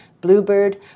Bluebird